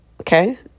okay